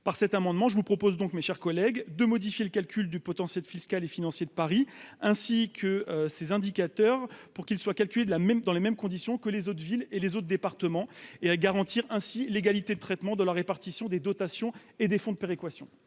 par cet amendement, je vous propose donc, mes chers collègues, de modifier le calcul du potentiel fiscal et financier de Paris, ainsi que ses indicateurs pour qu'ils soient calculés de la même dans les mêmes conditions que les autres villes et les autres départements et à garantir ainsi l'égalité de traitement de la répartition des dotations et des fonds de péréquation,